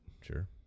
sure